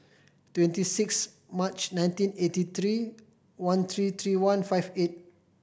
twenty six March nineteen eighty three one three three one five eight